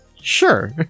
sure